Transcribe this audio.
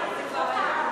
נתקבלו.